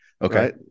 okay